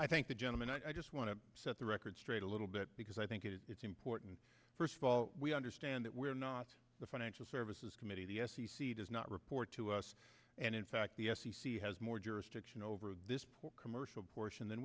i thank the gentleman i just want to set the record straight a little bit because i think it's important first of all we understand that we're not the financial services committee the f c c does not report to us and in fact the f c c has more jurisdiction over this port commercial portion than